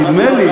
נדמה לי.